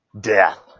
death